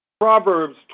Proverbs